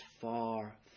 far